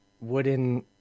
wooden